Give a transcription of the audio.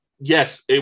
Yes